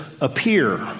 appear